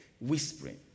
whispering